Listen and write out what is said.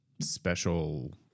special